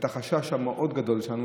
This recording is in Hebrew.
את החשש המאוד-גדול שלנו,